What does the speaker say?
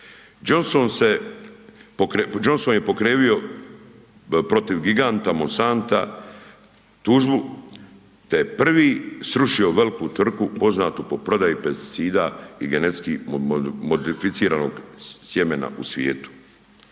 Johnson je pokrenuo protiv giganta Monsanta tužbu, te je prvi srušio veliku tvrtku poznatu po prodaji pesticida i genetski modificiranog sjemena u svijetu.